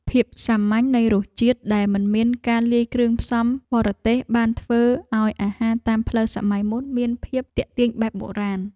ភាពសាមញ្ញនៃរសជាតិដែលមិនមានការលាយគ្រឿងផ្សំបរទេសបានធ្វើឱ្យអាហារតាមផ្លូវសម័យមុនមានភាពទាក់ទាញបែបបុរាណ។